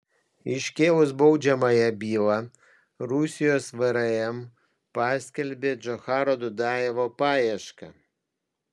iškėlus baudžiamąją bylą rusijos vrm paskelbė džocharo dudajevo paiešką